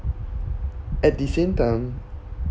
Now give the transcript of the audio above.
at the same time